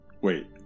Wait